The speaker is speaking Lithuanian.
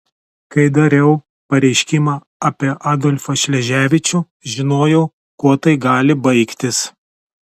kai dariau pareiškimą apie adolfą šleževičių žinojau kuo tai gali baigtis